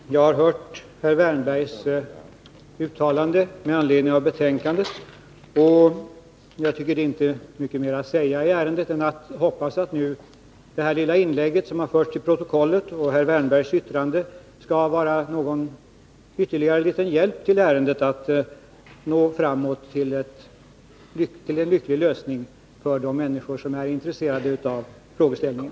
Fru talman! Jag har hört herr Wärnbergs uttalande med anledning av betänkandet, och jag tycker inte att det är mycket mer att säga i ärendet än att jag hoppas att mitt lilla inlägg och herr Wärnbergs yttrande, som nu har förts till protokollet, skall vara till någon ytterligare liten hjälp för att ärendet skall nå fram till en lycklig lösning för de människor som är intresserade av frågeställningen.